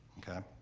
okay.